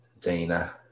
Dana